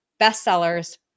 bestsellers